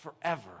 forever